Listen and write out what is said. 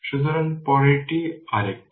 সুতরাং পরেরটি আরেকটি